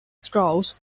strauss